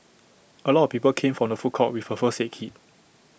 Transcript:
A lot of people came from the food court with A first said kit